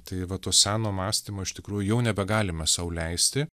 tai va to seno mąstymo iš tikrųjų jau nebegalime sau leisti